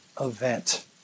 event